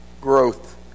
growth